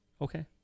Okay